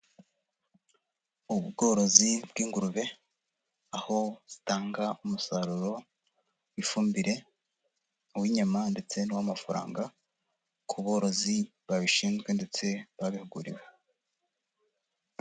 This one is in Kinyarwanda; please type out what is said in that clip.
Ubworozi bw'ingurube, aho zitanga umusaruro w'ifumbire, uw'inyama, ndetse n'uw'amafaranga, ku borozi babishinzwe ndetse babihuguriwe.